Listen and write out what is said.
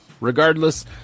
Regardless